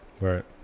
right